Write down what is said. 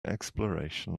exploration